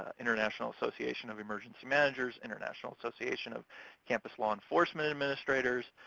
international association of emergency managers, international association of campus law enforcement administrators,